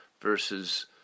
versus